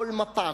כל מפה,